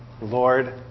Lord